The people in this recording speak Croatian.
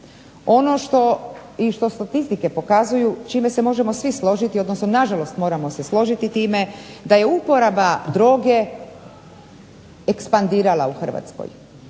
Ono što statistike pokazuju i čime se možemo svi složiti odnosno nažalost moramo se složiti s time da je upotreba droge ekspandirala u Hrvatskoj